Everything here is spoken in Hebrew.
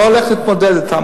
אני לא הולך להתמודד אתן,